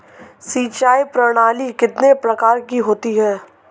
सिंचाई प्रणाली कितने प्रकार की होती है?